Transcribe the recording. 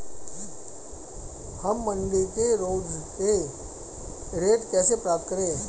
हम मंडी के रोज के रेट कैसे पता करें?